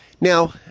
Now